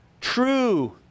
true